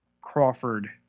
Crawford